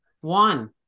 One